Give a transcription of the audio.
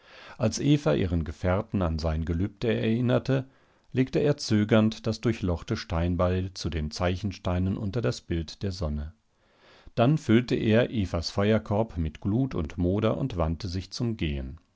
als eva ihren gefährten an sein gelübde erinnerte legte er zögernd das durchlochte steinbeil zu den zeichensteinen unter das bild der sonne dann füllte er evas feuerkorb mit glut und moder und wandte sich zum gehen